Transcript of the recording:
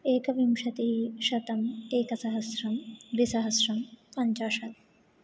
एकविंशति शतम् एकसहस्रम् द्विसहस्रम् पञ्चाशत्